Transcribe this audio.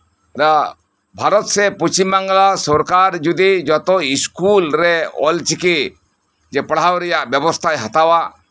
ᱵᱷᱟᱨᱚᱛ ᱥᱮ ᱯᱚᱪᱷᱤᱢ ᱵᱟᱝᱞᱟ ᱥᱚᱨᱠᱟᱨ ᱡᱚᱫᱤ ᱡᱚᱛᱚ ᱥᱠᱩᱞ ᱨᱮ ᱚᱞᱪᱤᱠᱤ ᱯᱟᱲᱦᱟᱣ ᱨᱮᱭᱟᱜ ᱵᱮᱵᱚᱥᱛᱷᱟᱭ ᱦᱟᱛᱟᱣᱟ